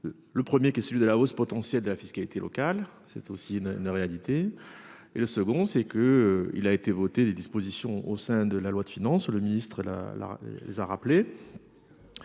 Le 1er qui est celui de la hausse potentielle de la fiscalité locale, c'est aussi une réalité et le second c'est que il a été voté des dispositions au sein de la loi de finances, le ministre-, là, là les a rappelé.